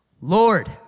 Lord